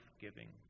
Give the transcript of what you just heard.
giving